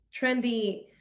trendy